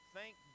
Thank